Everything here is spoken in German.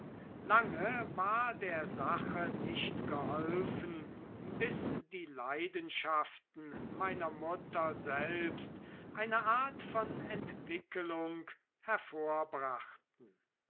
lange war der sache nicht geholfen bis die leidenschaften meiner mutter selbst eine art von entwicklung